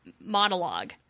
monologue